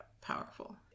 powerful